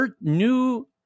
new